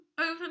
over